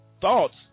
thoughts